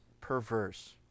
perverse